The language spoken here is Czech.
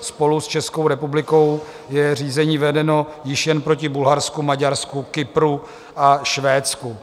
Spolu s Českou republikou je řízení vedeno již jen proti Bulharsku, Maďarsku, Kypru a Švédsku.